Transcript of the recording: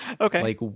okay